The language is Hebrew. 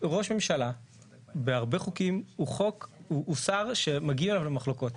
ראש ממשלה בהרבה חוקים הוא שר שמגיעות אליו מחלוקות.